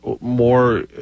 more